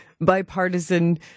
bipartisan